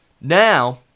now